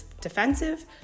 defensive